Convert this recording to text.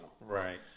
Right